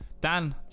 Dan